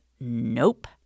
nope